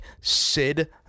Sid